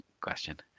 Question